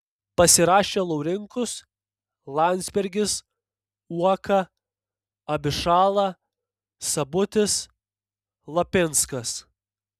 pasirašė laurinkus landsbergis uoka abišala sabutis lapinskas